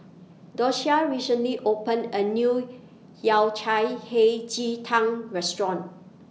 Doshia recently opened A New Yao Cai Hei Ji Tang Restaurant